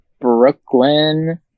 brooklyn